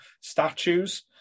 statues